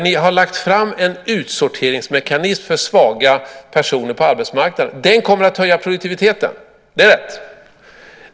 Ni föreslår en utsorteringsmekanism för svaga personer på arbetsmarknaden. Den kommer att höja produktiviteten, det är rätt.